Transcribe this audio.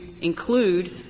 include